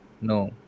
No